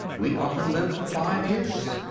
we often live for five years.